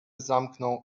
zamknął